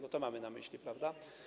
Bo to mamy na myśli, prawda?